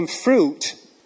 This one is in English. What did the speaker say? fruit